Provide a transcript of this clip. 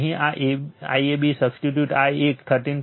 અહીં આ IAB substitute આ એક 13